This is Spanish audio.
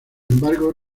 embargo